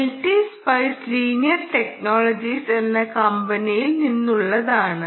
LT spice linear technologies എന്ന കമ്പനിയിൽ നിന്നുള്ളതാണ്